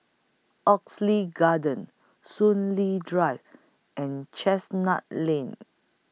Oxley Garden Soon Lee Drive and Chestnut Lane